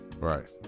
Right